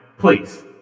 Please